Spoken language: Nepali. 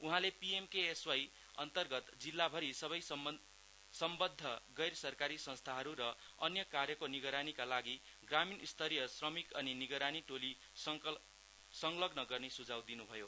उहाँले पीएमकेएसवाई अन्तर्गत जिल्लाभरि सबै सम्बन्ध गैर सरकारी संस्थाहरू र अन्य कार्यको निगरानीका लागि ग्रामीण स्तरीय श्रमिक अनिय निगरानी टोलीलाई संलग्न गर्ने सुझाउ दिनुभयो